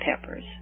peppers